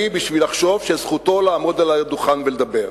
בשביל לחשוב שזכותו לעמוד על הדוכן ולדבר.